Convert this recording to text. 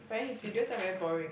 but then his videos are very boring